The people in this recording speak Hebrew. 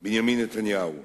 בנימין נתניהו,